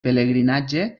pelegrinatge